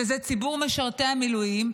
שזה ציבור משרתי המילואים,